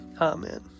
Amen